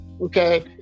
okay